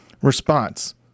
response